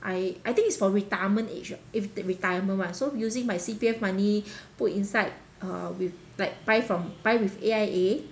I I think it's for retirement age lah if retirement [one] so using my C_P_F money put inside uh with like buy from buy with A_I_A